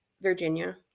Virginia